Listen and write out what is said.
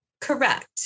Correct